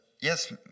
yes